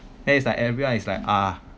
then it's like everyone is like ah